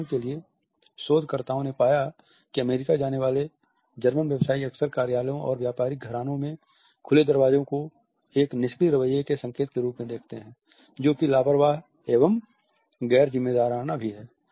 उदाहरण के लिए शोधकर्ताओं ने पाया है कि अमेरिका जाने वाले जर्मन व्यवसायी अक्सर कार्यालयों और व्यापारिक घरानों में खुले दरवाज़ों को एक निष्क्रिय रवैये के संकेत के रूप में देखते हैं जो कि लापारवाह एवं गैर ज़िम्मेदाराना भी है